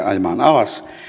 ajamaan alas